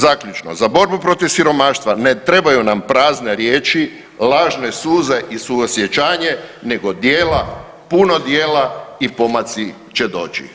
Zaključno, za borbu protiv siromaštva ne trebaju na prazne riječi, lažne suze i suosjećanje nego djela, puno djela i pomaci će doći.